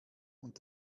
und